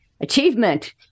achievement